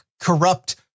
corrupt